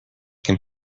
can